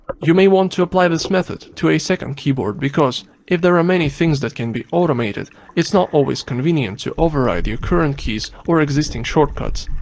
you may want to apply this method to a second keyboard because if there are many things that can be automated it's not always convenient to override your current keys or existing shortcuts.